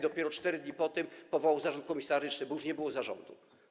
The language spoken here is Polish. Dopiero 4 dni po tym powołał zarząd komisaryczny, bo już nie było zarządu.